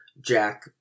jack